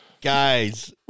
Guys